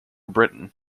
britain